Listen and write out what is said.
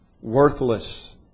worthless